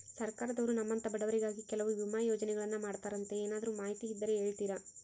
ಸರ್ಕಾರದವರು ನಮ್ಮಂಥ ಬಡವರಿಗಾಗಿ ಕೆಲವು ವಿಮಾ ಯೋಜನೆಗಳನ್ನ ಮಾಡ್ತಾರಂತೆ ಏನಾದರೂ ಮಾಹಿತಿ ಇದ್ದರೆ ಹೇಳ್ತೇರಾ?